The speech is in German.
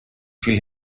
viel